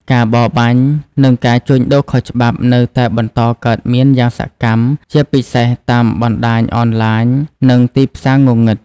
ការបរបាញ់ និងការជួញដូរខុសច្បាប់ នៅតែបន្តកើតមានយ៉ាងសកម្ម ជាពិសេសតាមបណ្ដាញអនឡាញ និងទីផ្សារងងឹត។